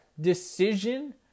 decision